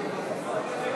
שריר,